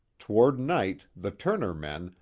toward night the turner men,